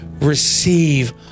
receive